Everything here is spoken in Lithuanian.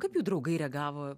kaip jų draugai reagavo